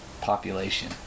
population